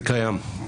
זה קיים.